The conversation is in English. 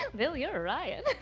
and bill, you're a and